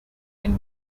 and